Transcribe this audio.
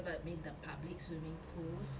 but I mean the public swimming pools